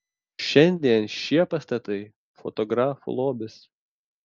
šiandien šie pastatai fotografų lobis